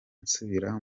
nsubira